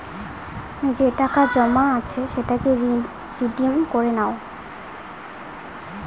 যে টাকা জমা আছে সেটাকে রিডিম করে নাও